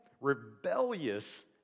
rebellious